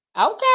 Okay